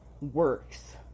works